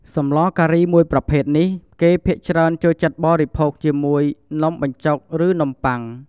សម្លការីមួយប្រភេទនេះគេភាគច្រើនចូលចិត្តបិភោគជាមួយ នំបញ្ចុកឬនំប៉័ង។